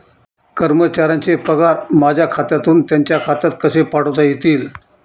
कर्मचाऱ्यांचे पगार माझ्या खात्यातून त्यांच्या खात्यात कसे पाठवता येतील?